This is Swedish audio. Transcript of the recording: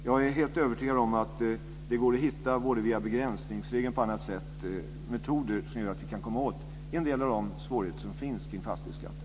Jag är helt övertygad om att det, både via begränsningsregeln och på annat sätt, går att hitta metoder som gör att vi kan komma åt en del av de svårigheter som finns kring fastighetsskatten.